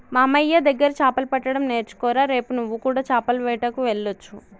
మామయ్య దగ్గర చాపలు పట్టడం నేర్చుకోరా రేపు నువ్వు కూడా చాపల వేటకు వెళ్లొచ్చు